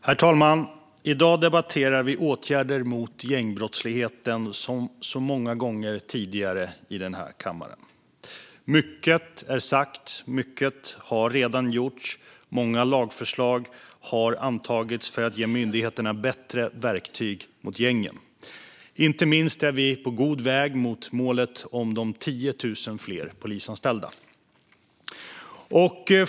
Herr talman! I dag debatterar vi åtgärder mot gängbrottsligheten, som så många gånger tidigare i denna kammare. Mycket är sagt. Mycket har redan gjorts. Många lagförslag har antagits för att ge myndigheterna bättre verktyg mot gängen. Inte minst är vi på god väg mot målet om 10 000 fler polisanställda.